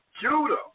Judah